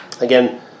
Again